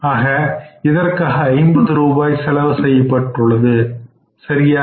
ஆக இதற்காக 50 ரூபாய் செலவு செய்யப்பட்டுள்ளது சரியா